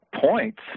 points